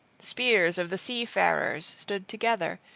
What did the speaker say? spears of the seafarers stood together,